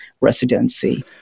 residency